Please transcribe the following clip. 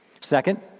Second